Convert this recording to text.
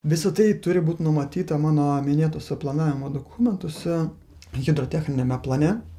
visa tai turi būt numatyta mano minėtuose planavimo dokumentuose hidrotechniniame plane